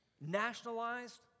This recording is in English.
nationalized